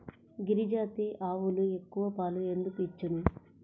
గిరిజాతి ఆవులు ఎక్కువ పాలు ఎందుకు ఇచ్చును?